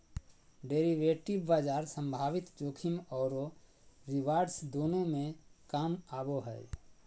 derivative बाजार संभावित जोखिम औरो रिवार्ड्स दोनों में काम आबो हइ